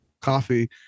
coffee